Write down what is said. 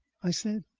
i said.